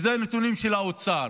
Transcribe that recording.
ואלה הנתונים של האוצר.